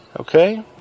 Okay